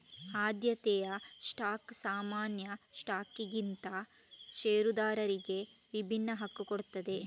ಆದ್ಯತೆಯ ಸ್ಟಾಕ್ ಸಾಮಾನ್ಯ ಸ್ಟಾಕ್ಗಿಂತ ಷೇರುದಾರರಿಗೆ ವಿಭಿನ್ನ ಹಕ್ಕು ಕೊಡ್ತದೆ